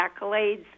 accolades